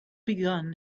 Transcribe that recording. begun